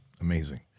Amazing